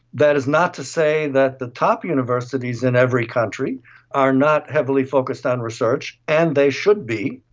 that is not to say that the top universities in every country are not heavily focused on research, and they should be,